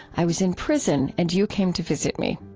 i was in prison and you came to visit me.